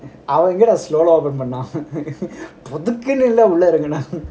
அவ எங்க டா:ava enga da win பண்ணா புதுக்குனு இருந்தா அப்டி தான் இருக்கும் டா:panna puthukunu iruntha apdi thaan irukum da